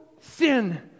sin